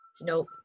Nope